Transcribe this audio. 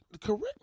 Correct